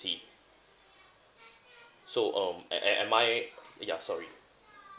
so um am am am I ya sorry